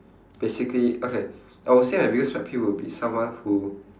basically okay I would say my biggest pet peeve would be someone who